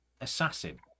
assassin